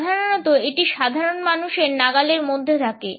সাধারণত এটি সাধারণ মানুষের নাগালের মধ্যে থাকে